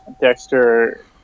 Dexter